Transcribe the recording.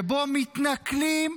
ומתנכלים,